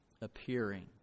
appearing